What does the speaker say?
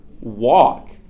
Walk